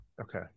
Okay